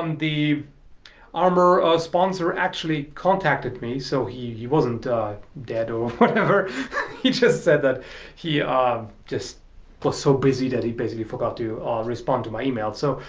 um the armor sponsor actually contacted me so he he wasn't dead or whatever he said that he are just was so busy that he basically forgot to respond to my emails so